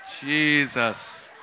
Jesus